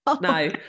No